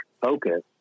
focus